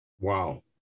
Wow